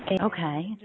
Okay